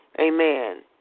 Amen